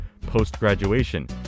post-graduation